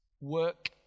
work